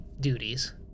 duties